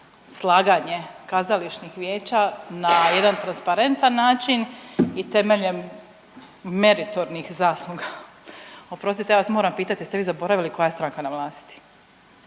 slaganje kazališnih vijeća na jedan transparentan način i temeljem meritornih zasluga, oprostite ja vas moram pitat jeste vi zaboravili koja je stranka na vlasti?